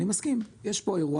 אני מסכים, יש פה אירוע.